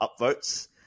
upvotes